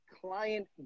client